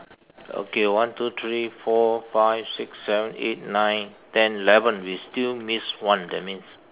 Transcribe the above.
okay one two three four five six seven eight nine ten eleven we still miss one that means